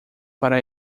para